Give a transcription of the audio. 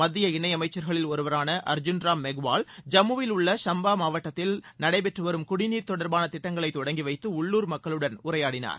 மத்திய இணையமைச்சர்களில் ஒருவரான அர்ஜுன்ராம் மெஹ்வால் ஜம்முவில் உள்ள சம்பா மாவட்டத்தில் நடைபெற்று வரும் குடிநீர் தொடர்பான திட்டங்களை தொடங்கி வைத்து உள்ளுர் மக்களுடன் உரையாடனார்